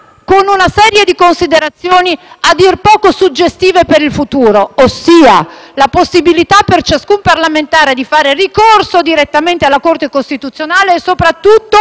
con una serie di considerazioni a dir poco suggestive per il futuro, ossia la possibilità per ciascun parlamentare di fare ricorso direttamente alla Corte costituzionale e soprattutto